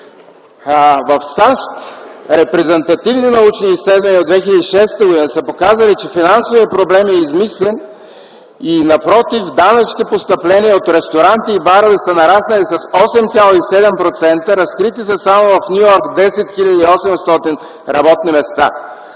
В САЩ репрезентативни научни изследвания от 2006 г. са показали, че финансовият проблем е измислен и, напротив, данъчните постъпления от ресторанти и барове са нараснали с 8,7%. Само в Ню Йорк са разкрити 10 хил. 800 работни места.